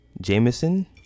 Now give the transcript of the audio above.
Jameson